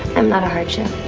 i'm not a hardship,